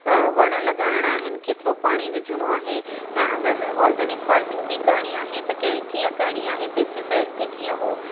वण लॻाइणा आहिनि केतिरो पाणी विझिणो आहे ऐं अगरि ऑर्गिनिक फ़ार्मिंग बि करिणी आहे त कंहिं कीअं करिणी आहे पेस्टिसाइड्स खे कीअं हू